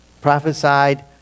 Prophesied